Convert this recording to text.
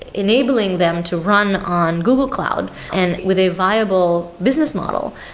enabling them to run on google cloud and with a viable business model.